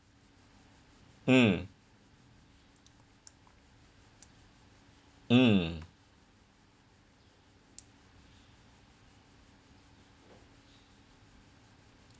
mm mm